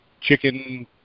Chicken